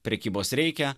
prekybos reikia